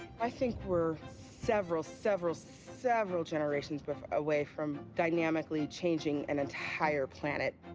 i think we're several, several, several generations but away from dynamically changing an entire planet.